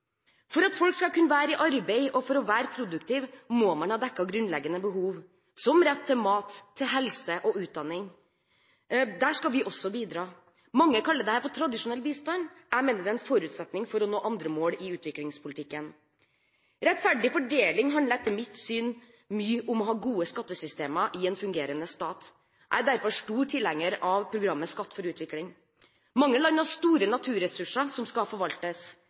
For at folk skal kunne være i arbeid, og for å være produktiv, må man ha dekket grunnleggende behov, som rett til mat, helse og utdanning. Der skal vi også bidra. Mange kaller dette for tradisjonell bistand. Jeg mener det er en forutsetning for å nå andre mål i utviklingspolitikken. Rettferdig fordeling handler etter mitt syn mye om å ha gode skattesystemer i en fungerende stat. Jeg er derfor stor tilhenger av programmet Skatt for utvikling. Mange land har store naturressurser som skal forvaltes.